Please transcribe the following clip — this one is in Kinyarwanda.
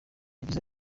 yagize